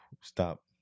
Stop